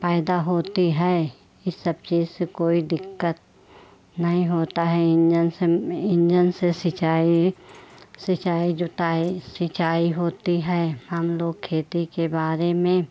पैदा होती है ई सब चीज़ से कोई दिक़्क़त नहीं होता है इंजन से इंजन से सिंचाई सिंचाई जोताई सिंचाई होती है हम लोग खेती के बारे में